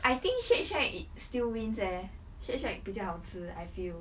I think shake shack it's still wins eh shake shack 比较好吃 I feel